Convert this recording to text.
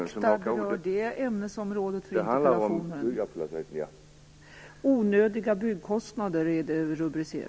Rör detta interpellationens ämnesområde? Onödiga byggkostnader är rubriken.